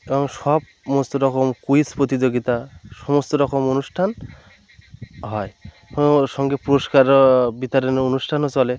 তেমন সব মস্ত রকম কুইজ প্রতিযোগিতা সমস্ত রকম অনুষ্ঠান হয় ওর সঙ্গে পুরষ্কার বিতরণও অনুষ্ঠানও চলে